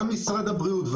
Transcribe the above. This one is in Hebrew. גם משרד הבריאות,